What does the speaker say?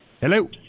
Hello